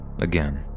Again